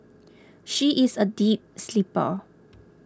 she is a deep sleeper